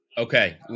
Okay